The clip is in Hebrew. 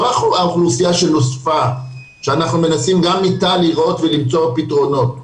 לא האוכלוסייה שנוספה שאנחנו מנסים גם איתה לראות ולמצוא פתרונות.